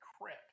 crap